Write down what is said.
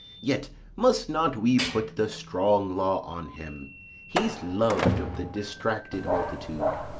yet must not we put the strong law on him he's lov'd of the distracted multitude,